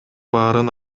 баарын